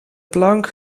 plank